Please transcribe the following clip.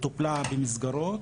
גיוס המונים שדיברה עליו,